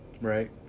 right